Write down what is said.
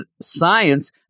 science